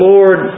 Lord